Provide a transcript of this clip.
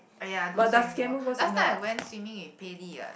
!aiya! don't say anymore last time I went swimming with Pei-Li what